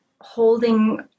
holding